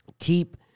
Keep